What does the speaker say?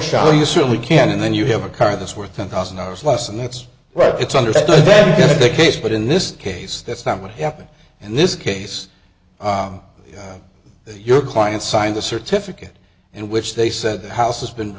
shall you certainly can and then you have a car that's worth ten thousand dollars less and that's right it's understood that the case but in this case that's not what happened in this case that your client signed a certificate in which they said the house has been